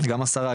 גם השרה,